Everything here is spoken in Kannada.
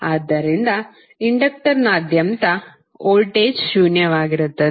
ಆದ್ದರಿಂದ ಇಂಡಕ್ಟರ್ನಾದ್ಯಂತ ವೋಲ್ಟೇಜ್ ಶೂನ್ಯವಾಗಿರುತ್ತದೆ